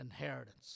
inheritance